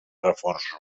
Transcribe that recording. reforços